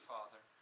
Father